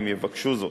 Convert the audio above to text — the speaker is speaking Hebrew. אם יבקשו זאת,